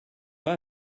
pas